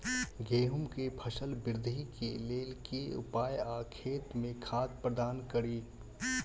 गेंहूँ केँ फसल वृद्धि केँ लेल केँ उपाय आ खेत मे खाद प्रदान कड़ी?